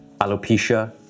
alopecia